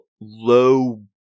low